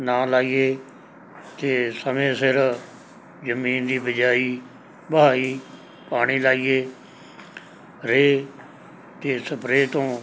ਨਾ ਲਾਈਏ ਅਤੇ ਸਮੇਂ ਸਿਰ ਜ਼ਮੀਨ ਦੀ ਬਿਜਾਈ ਭਾਈ ਪਾਣੀ ਲਾਈਏ ਰੇਹ ਅਤੇ ਸਪਰੇ ਤੋਂ